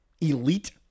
elite